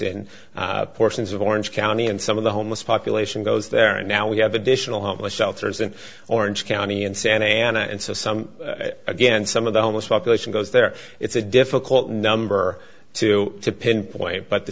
in portions of orange county and some of the homeless population goes there and now we have additional homeless shelters in orange county and santa ana and so some again some of the homeless population goes there it's a difficult number to to pinpoint but the